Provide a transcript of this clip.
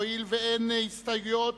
הואיל ואין הסתייגויות,